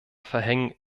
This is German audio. verhängen